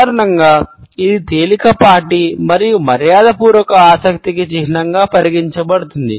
సాధారణంగా ఇది తేలికపాటి మరియు మర్యాదపూర్వక ఆసక్తికి చిహ్నంగా పరిగణించబడుతుంది